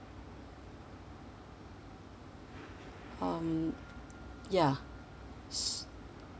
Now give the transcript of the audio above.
um ya